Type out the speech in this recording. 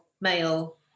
male